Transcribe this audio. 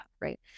Right